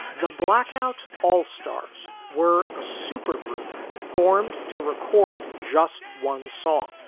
the blackout all stars were a supergroup formed to record just one song,